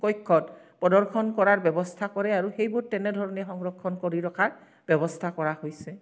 কক্ষত প্ৰদৰ্শন কৰাৰ ব্যৱস্থা কৰে আৰু সেইবোৰ তেনেধৰণে সংৰক্ষণ কৰি ৰখাৰ ব্যৱস্থা কৰা হৈছে